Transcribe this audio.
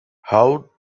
how